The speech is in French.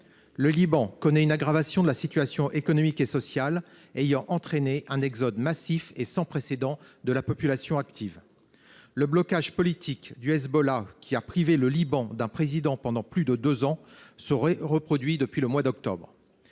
Le Liban connaît une aggravation de sa situation économique et sociale, qui a entraîné un exode massif, sans précédent, de la population active. Le blocage politique orchestré par le Hezbollah, qui a privé le Liban d'un président pendant plus de deux ans, se reproduit depuis le mois d'octobre.